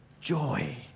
Joy